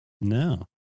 no